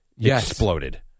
exploded